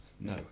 no